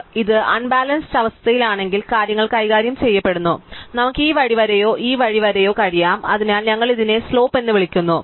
അതിനാൽ ഇത് അൺബാലൻസ്ഡ് അവവസ്ഥയിലാണെങ്കിൽ കാര്യങ്ങൾ കൈകാര്യം ചെയ്യപ്പെടുന്നു അതിനാൽ നമുക്ക് ഈ വഴി വരെയോ ഈ വഴി വരെയോ കഴിയാം അതിനാൽ ഞങ്ങൾ ഇതിനെ സ്ലോപ്പ് എന്ന് വിളിക്കുന്നു